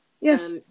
yes